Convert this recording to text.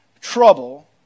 trouble